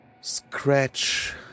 Scratch